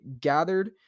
gathered